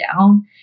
down